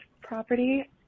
property